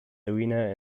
arena